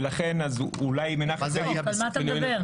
ולכן אז אולי מנחם בגין --- על מה אתה מדבר?